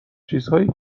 چیزهایی